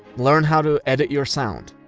learn how to edit your sound.